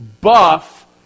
buff